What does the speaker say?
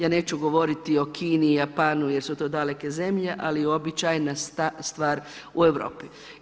Ja neću govoriti o Kini, Japanu jer su to daleke zemlje, ali uobičajena stvar u Europi.